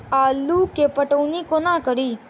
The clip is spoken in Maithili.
आलु केँ पटौनी कोना कड़ी?